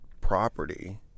property